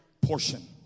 portion